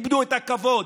איבדו את הכבוד.